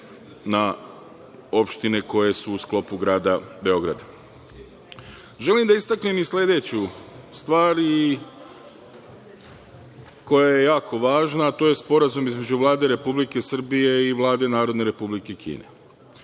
na opštine koje su u sklopu grada Beograda. Želim da istaknem i sledeću stvar koja je jako važna, a to je Sporazum između Vlade Republike Srbije i Vlade Narodne Republike Kine.